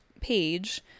page